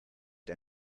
der